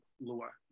lower